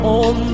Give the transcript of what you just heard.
on